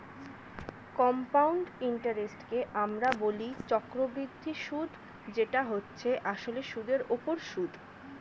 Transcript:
compound ইন্টারেস্টকে আমরা বলি চক্রবৃদ্ধি সুদ যেটা হচ্ছে আসলে সুদের উপর সুদ